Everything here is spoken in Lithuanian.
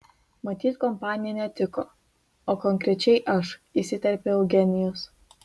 matyt kompanija netiko o konkrečiai aš įsiterpė eugenijus